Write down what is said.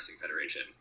federation